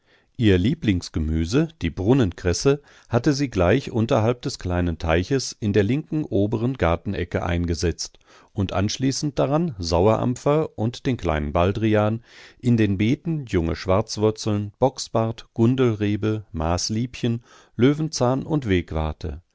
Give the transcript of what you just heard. ihr lieblingsgemüse die brunnenkresse hatte sie gleich unterhalb des kleinen teiches in der linken oberen gartenecke eingesetzt und anschließend daran sauerampfer und den kleinen baldrian in den beeten junge schwarzwurzeln bocksbart gundelrebe maßliebchen löwenzahn und